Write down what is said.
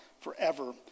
forever